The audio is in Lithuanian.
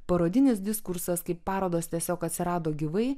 parodinis diskursas kaip parodos tiesiog atsirado gyvai